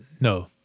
no